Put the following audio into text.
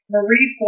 Marie